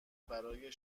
برای